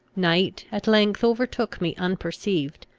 night at length overtook me unperceived,